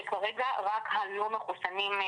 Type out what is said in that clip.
שכרגע רק הלא מחוסנים,